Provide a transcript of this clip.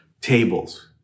tables